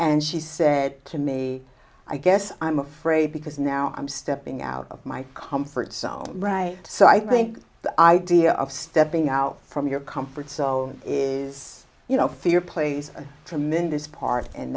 and she said to me i guess i'm afraid because now i'm stepping out of my comfort zone right so i think the idea of stepping out from your comfort zone is you know fear plays a tremendous part in